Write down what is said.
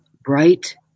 bright